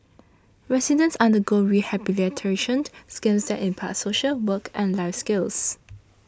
residents undergo rehabilitation schemes that impart social work and life skills